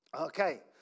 okay